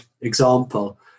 example